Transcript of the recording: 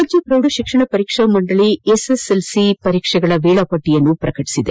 ರಾಜ್ಯ ಪ್ರೌಢಶಿಕ್ಷಣ ಪರೀಕ್ಷಾ ಮಂಡಳಿ ಎಸ್ಎಸ್ಎಲ್ಸಿ ಪರೀಕ್ಷೆಗೆ ವೇಳಾಪಟ್ಟ ಪ್ರಕಟಿಸಿದೆ